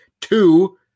Two